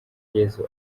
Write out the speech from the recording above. yesu